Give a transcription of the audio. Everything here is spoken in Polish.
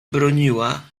broniła